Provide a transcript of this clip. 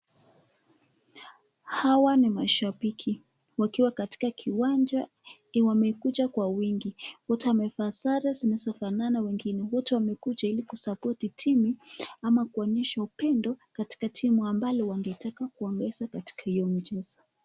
Hawa ni mashabiki wakiwa katika kiwanja wamekuja kwa wingi wote wamevaa sare zilizofanana wengine wote wamekuja ili (cs)kusapoti(cs) timu ama kuonyesha upendo katika timu ambalo wangetaka kuongeza katika hiyo mchezo.